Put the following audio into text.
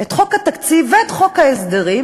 את חוק התקציב ואת חוק ההסדרים,